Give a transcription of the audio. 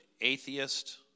atheist